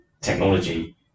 technology